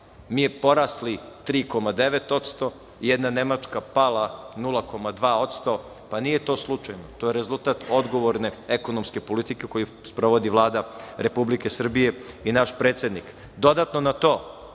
Mi porasli 3,9%, jedna Nemačka pala 0,2%, pa nije to slučajno, to je rezultat odgovorne ekonomske politike koju sprovodi Vlada Republike Srbije i naš predsednik. Dodatno na to,